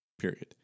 Period